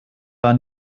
war